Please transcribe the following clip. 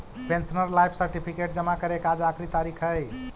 pensioner life certificate जमा करे के आज आखिरी तारीख हइ